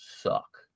suck